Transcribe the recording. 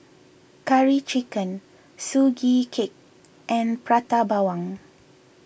Curry Chicken Sugee Cake and Prata Bawang